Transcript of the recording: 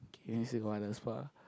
you mean still got other sport ah